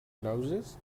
louses